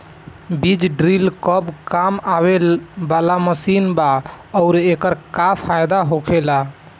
बीज ड्रील कब काम आवे वाला मशीन बा आऊर एकर का फायदा होखेला?